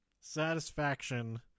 satisfaction